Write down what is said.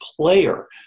player